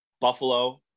Buffalo